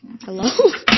Hello